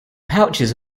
pouches